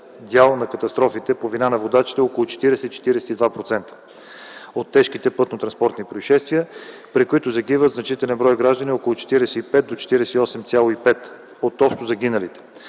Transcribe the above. дял на катастрофите по вина на водачите около 40-42% от тежките пътнотранспортни произшествия, при които загиват значителен брой граждани – около 45 до 48,5 от общо загиналите.